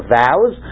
vows